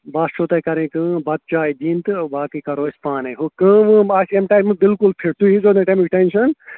بَس چھو تۄہہِ کَرٕنۍ کٲم بَتہٕ چاے دِنۍ تہٕ باقٕے کَرو أسۍ پانَے ہُہ کٲم وٲم آسہِ امہِ ٹایمہٕ بلکل فِٹ تُہۍ ہیزیو نہٕ تَمیُک ٹٮ۪نشَن